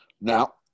Now